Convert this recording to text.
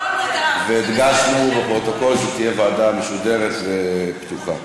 והדגשנו בפרוטוקול שתהיה ועדה משודרת ופתוחה.